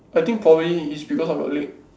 I think probably is because of your leg